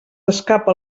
escapa